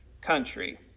country